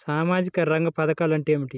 సామాజిక రంగ పధకాలు అంటే ఏమిటీ?